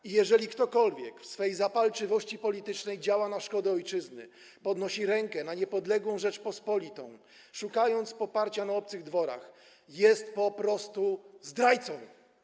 I jeżeli ktokolwiek w swej zapalczywości politycznej działa na szkodę ojczyzny, podnosi rękę na niepodległą Rzeczpospolitą, szukając poparcia na obcych dworach, jest po prostu zdrajcą.